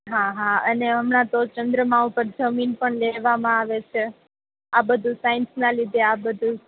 હા હા અને હમણાં તો ચંદ્રમા ઉપર જમીન પણ લેવામાં આવે છે આ બધું સાઈન્સના લીધે આ બધું